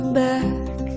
back